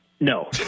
No